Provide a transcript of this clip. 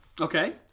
Okay